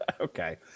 okay